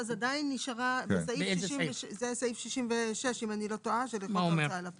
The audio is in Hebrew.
זה סעיף 66 של חוק הוצאה לפועל.